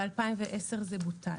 ב-2010 זה בוטל.